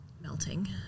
melting